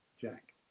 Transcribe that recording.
jack